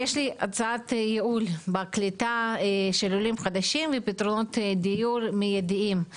יש לי הצעת ייעול בקליטה של עולים חדשים ופתרונות דיור מיידיים.